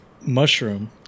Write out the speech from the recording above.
mushroom